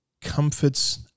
comforts